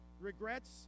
Regrets